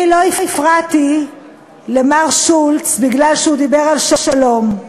אני לא הפרעתי למר שולץ בגלל שהוא דיבר על שלום,